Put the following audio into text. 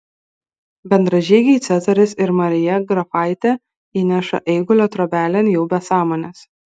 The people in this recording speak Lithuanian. bendražygiai cezaris ir marija grafaitę įneša eigulio trobelėn jau be sąmonės